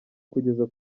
kugeza